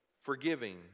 forgiving